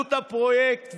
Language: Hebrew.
עלות הפרויקט,